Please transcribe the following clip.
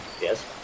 Yes